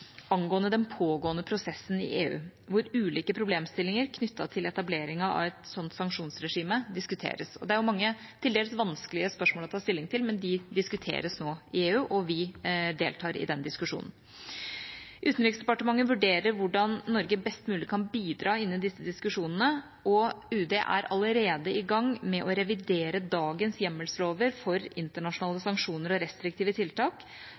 angående den pågående prosessen i EU, hvor ulike problemstillinger knyttet til etableringen av et slikt sanksjonsregime diskuteres. Det er mange og til dels vanskelige spørsmål å ta stilling til, men de diskuteres nå i EU, og vi deltar i den diskusjonen. Utenriksdepartementet vurderer hvordan Norge best mulig kan bidra i disse diskusjonene, og er allerede i gang med å revidere dagens hjemmelslover for internasjonale sanksjoner og restriktive tiltak,